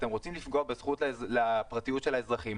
אתם רוצים לפגוע בזכות לפרטיות של האזרחים?